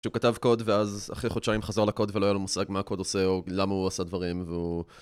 כשהוא כתב קוד ואז אחרי חודשיים חזור לקוד ולא היה לו מושג מה הקוד עושה או למה הוא עשה דברים והוא...